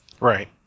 Right